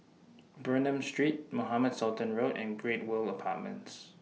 Bernam Street Mohamed Sultan Road and Great World Apartments